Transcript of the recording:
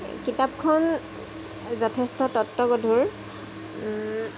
কিতাপখন যথেষ্ট তত্ত্বগধুৰ